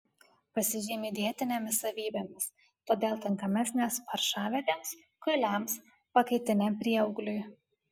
pasižymi dietinėmis savybėmis todėl tinkamesnės paršavedėms kuiliams pakaitiniam prieaugliui